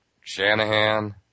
Shanahan